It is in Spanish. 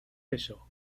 eso